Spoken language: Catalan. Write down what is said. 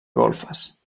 golfes